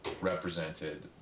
represented